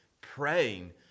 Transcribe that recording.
praying